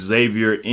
Xavier